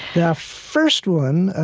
the first one,